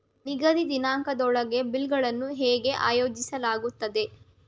ನಿಗದಿತ ದಿನಾಂಕದೊಳಗೆ ಬಿಲ್ ಗಳನ್ನು ಹೇಗೆ ಆಯೋಜಿಸಲಾಗುತ್ತದೆ?